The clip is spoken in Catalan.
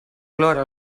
plora